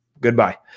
goodbye